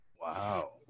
wow